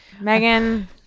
Megan